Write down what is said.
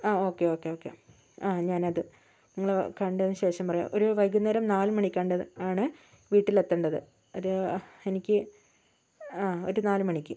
ആ okay okay okay ആ ഞാനത് നിങ്ങളെ കണ്ടതിനു ശേഷം പറയാം ഒരു വൈകുന്നേരം നാലു മണിക്ക് ആണ് വീട്ടിലെത്തെണ്ടത് ഒരു എനിക്ക് ആ ഒരു നാല് മണിക്ക്